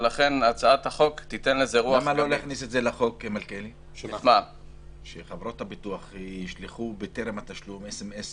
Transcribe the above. של חבר הכנסת מיכאל מלכיאלי וחבר הכנסת משה אבוטבול.